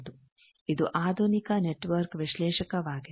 ಇದು ಆಧುನಿಕ ನೆಟ್ವರ್ಕ್ ವಿಶ್ಲೇಷಕವಾಗಿದೆ